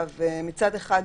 מצד אחד,